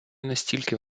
настільки